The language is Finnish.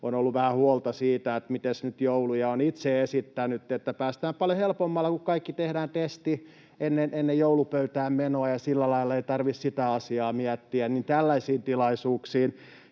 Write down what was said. on ollut vähän huolta siitä, miten nyt joulu, ja olen itse esittänyt, että päästään paljon helpommalla, kun kaikki tehdään testi ennen joulupöytään menoa ja sillä lailla ei tarvitse sitä asiaa miettiä. Tällaisiin tilaisuuksiin